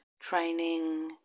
training